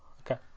Okay